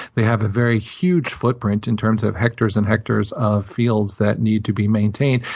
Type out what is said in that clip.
they have a very huge footprint, in terms of hectares and hectares of fields that need to be maintained.